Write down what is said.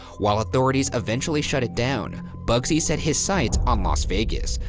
while authorities eventually shut it down, bugsy set his sights on las vegas.